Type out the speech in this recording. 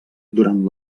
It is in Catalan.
durant